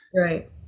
Right